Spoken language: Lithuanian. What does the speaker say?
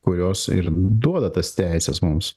kurios ir duoda tas teises mums